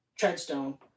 Treadstone